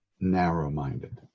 narrow-minded